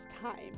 time